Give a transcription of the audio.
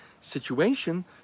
situation